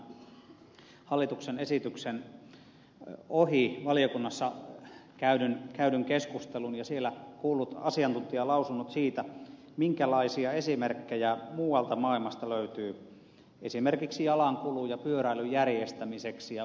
totean vain tämän hallituksen esityksen ohi valiokunnassa käydyn keskustelun ja siellä kuullut asiantuntijalausunnot siitä minkälaisia esimerkkejä muualta maailmasta löytyy esimerkiksi jalankulun ja pyöräilyn järjestämiseksi